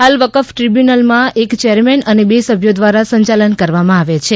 હાલ વકફ ટ્રિબ્યુનલ માં એક ચેરમેન અને બે સભ્યો દ્વારા સંચાલન કરવામાં આવે છે